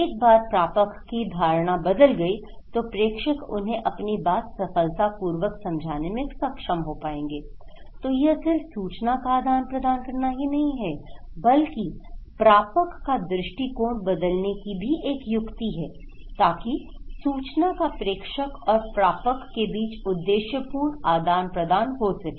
एक बार प्रापक की धारणा बदल गई तो प्रेषक उन्हें अपनी बात सफलतापूर्वक समझाने में सक्षम हो पाएंगेI तो यह सिर्फ सूचना का आदान प्रदान करना ही नहीं है बल्कि प्रापक का दृष्टिकोण बदलने की भी एक युक्ति है ताकि सूचना का प्रेषक और प्रापक के बीच उद्देश्यपूर्ण आदान प्रदान हो सके